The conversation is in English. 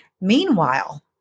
Meanwhile